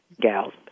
gals